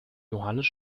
johannes